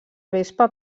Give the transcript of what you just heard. vespa